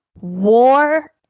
war